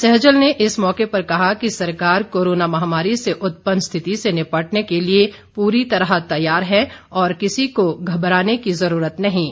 सैजल ने इस मौके पर कहा कि सरकार कोरोना महामारी से उत्पन्न स्थिति से निपटने के लिए पूरी तरह तैयार है और किसी को घबराने की जरूरत नहीं है